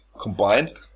combined